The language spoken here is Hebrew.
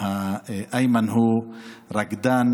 הלוואי